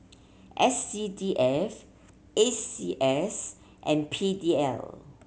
S C D F A C S and P D L